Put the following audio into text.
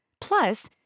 Plus